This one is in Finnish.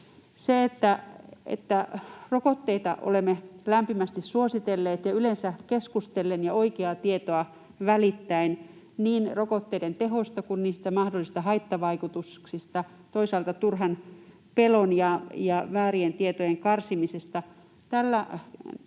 Sillä tavalla, että olemme lämpimästi suositelleet rokotteita ja yleensä keskustellen ja oikeaa tietoa välittäen niin rokotteiden tehosta kuin niistä mahdollisista haittavaikutuksistakin, toisaalta turhan pelon ja väärien tietojen karsimisesta,